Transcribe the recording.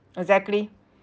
exactly